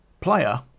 Player